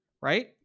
right